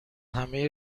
همهی